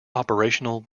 operational